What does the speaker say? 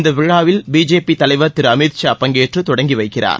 இந்த விழாவில் பிஜேபி தலைவர் திரு அமித் ஷா பங்கேற்று தொடங்கி வைக்கிறார்